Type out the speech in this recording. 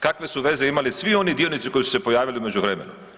Kakve su veze imali svi oni dionici koji su se pojavili u međuvremenu?